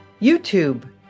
YouTube